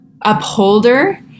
upholder